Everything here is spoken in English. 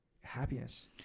happiness